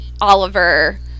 Oliver